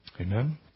Amen